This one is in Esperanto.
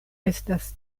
estas